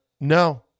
No